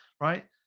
right